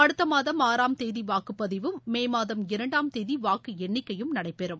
அடுத்த மாதம் ஆறாம் தேதி வாக்குப்பதிவும் மே மாதம் இரண்டாம் தேதி வாக்கு எண்ணிக்கையும் நடைபெறும்